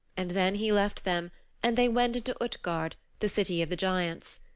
and then he left them and they went into utgard, the city of the giants.